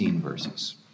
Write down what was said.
verses